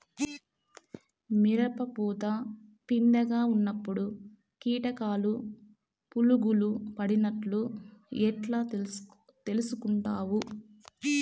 మిరప పూత పిందె గా ఉన్నప్పుడు కీటకాలు పులుగులు పడినట్లు ఎట్లా తెలుసుకుంటావు?